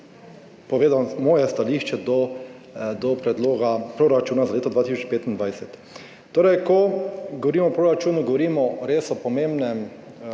povedal moje stališče do predloga proračuna za leto 2025. Ko govorimo o proračunu, govorimo o res pomembnem